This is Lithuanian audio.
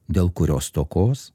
dėl kurio stokos